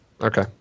Okay